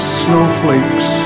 snowflakes